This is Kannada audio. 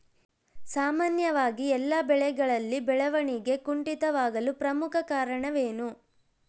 ಸಾಮಾನ್ಯವಾಗಿ ಎಲ್ಲ ಬೆಳೆಗಳಲ್ಲಿ ಬೆಳವಣಿಗೆ ಕುಂಠಿತವಾಗಲು ಪ್ರಮುಖ ಕಾರಣವೇನು?